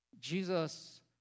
Jesus